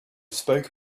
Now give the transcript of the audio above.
spoke